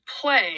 play